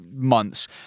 months